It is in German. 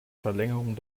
verlängerung